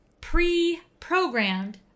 pre-programmed